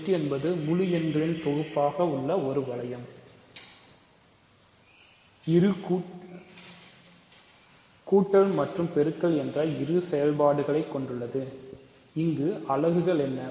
Z என்பது முழு எண்களின் தொகுப்பாக உள்ள ஒரு வளையம் என்ற இரு கூட்டல் மற்றும் பெருக்கல் என்ற இரு செயல்பாடுகளைக் கொண்டுள்ளது இங்கு அலகுகள் என்ன